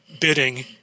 bidding